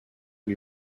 lui